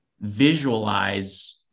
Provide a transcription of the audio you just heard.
visualize